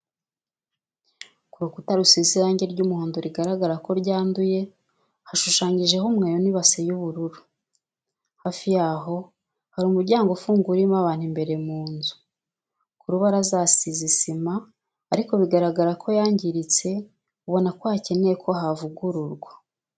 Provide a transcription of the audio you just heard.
Ku rukuta rusize irangi ry'umuhondo rigaragara ko ryanduye hashushanyijeho umweyo n'ibase y'ubururu, hafi yaho hari umuryango ufunguye urimo abantu imbere mu nzu, ku rubaraza hasize isima ariko bigaragara ko yangiritse ubona ko hakeneye ko havugururwa.